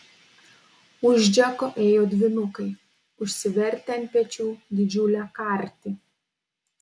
už džeko ėjo dvynukai užsivertę ant pečių didžiulę kartį